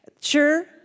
Sure